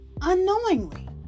Unknowingly